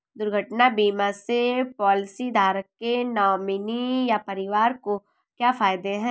दुर्घटना बीमा से पॉलिसीधारक के नॉमिनी या परिवार को क्या फायदे हैं?